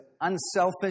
unselfish